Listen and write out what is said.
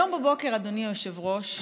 היום בבוקר, אדוני היושב-ראש,